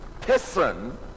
person